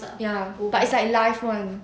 ya but it's like live [one]